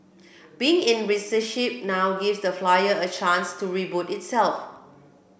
being in receivership now gives the Flyer a chance to reboot itself